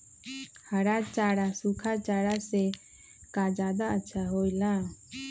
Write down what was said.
हरा चारा सूखा चारा से का ज्यादा अच्छा हो ला?